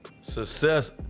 success